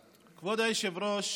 דיברתי,